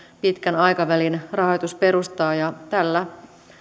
pitkän aikavälin rahoitusperustaa tällä